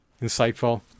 insightful